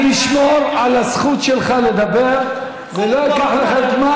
אני אשמור על הזכות שלך לדבר ולא אקח לך זמן,